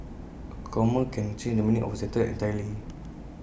A comma can change the meaning of A sentence entirely